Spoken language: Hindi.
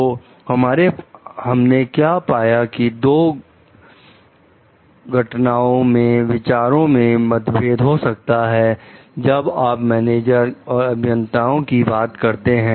तो हमने क्या पाया कि दो घुटनों में विचारों में मतभेद हो सकता है जब आप मैनेजर और अभियंताओं की बात करते हैं